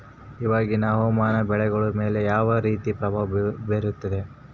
ಇವಾಗಿನ ಹವಾಮಾನ ಬೆಳೆಗಳ ಮೇಲೆ ಯಾವ ರೇತಿ ಪ್ರಭಾವ ಬೇರುತ್ತದೆ?